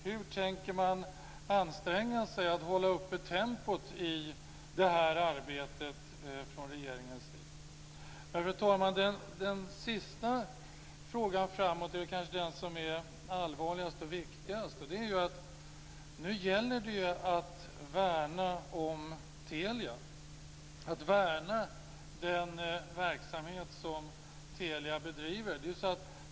Hur tänker man anstränga sig för att hålla uppe tempot i detta arbete från regeringens sida? Men, fru talman, den sista frågan är kanske den som är allvarligast och viktigast. Nu gäller det nämligen att värna om Telia, att värna den verksamhet som Telia bedriver.